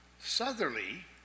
southerly